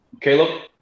Caleb